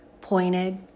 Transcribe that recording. pointed